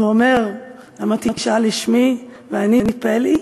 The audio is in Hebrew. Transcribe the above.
והוא אומר: למה תשאל לשמי ואני פלאי?